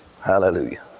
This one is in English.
Hallelujah